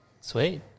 sweet